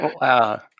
Wow